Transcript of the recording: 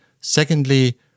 secondly